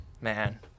Man